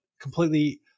completely